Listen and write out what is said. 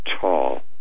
tall